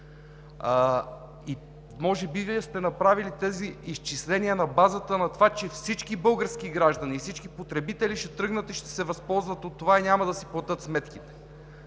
Може би Вие сте направили тези изчисления на базата на това, че всички български граждани и всички потребители ще тръгнат и ще се възползват от това и няма да си платят сметките,